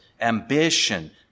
ambition